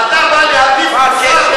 אתה בא להטיף מוסר,